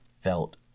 felt